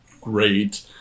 great